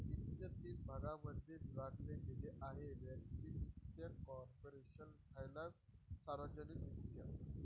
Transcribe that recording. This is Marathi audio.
वित्त तीन भागांमध्ये विभागले गेले आहेः वैयक्तिक वित्त, कॉर्पोरेशन फायनान्स, सार्वजनिक वित्त